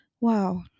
Wow